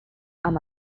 amb